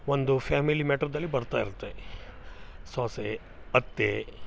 ಒಂದು ಫ್ಯಾಮಿಲಿ ಮ್ಯಾಟ್ರುದಲ್ಲಿ ಬರ್ತಾ ಇರುತ್ತೆ ಸೊಸೆ ಅತ್ತೆ